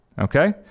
okay